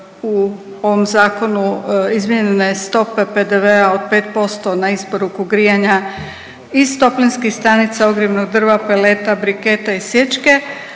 u ovom zakonu izmijenjene stope PDV-a od 5% na isporuku grijanja iz toplinskih stanica, ogrjevnog drva, peleta, briketa i sječke